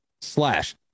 slash